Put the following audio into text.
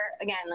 again